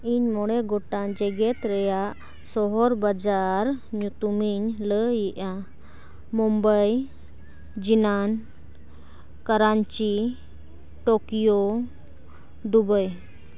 ᱤᱧ ᱢᱚᱬᱮ ᱜᱚᱴᱟᱝ ᱡᱮᱜᱮᱛ ᱨᱮᱭᱟᱜ ᱥᱚᱦᱚᱨ ᱵᱟᱡᱟᱨ ᱧᱩᱛᱩᱢᱤᱧ ᱞᱟᱹᱭᱮᱜᱼᱟ Mumbai Jinan Karachi Tokyo Dubai